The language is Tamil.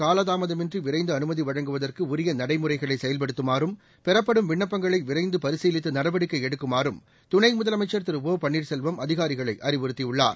காலதாமதமின்றி விரைந்து அனுமதி வழங்குவதற்கு உரிய நடைமுறைகளை செயல்படுத்துமாறும் பெறப்படும் விண்ணப்பங்களை விரைந்து பரிசீலித்து நடவடிக்கை எடுக்குமாறும் துணை முதலமைச்ச் திரு ஓ பன்ளீர்செல்வம் அதிகாரிகளை அறிவுறுத்தியுள்ளார்